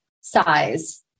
size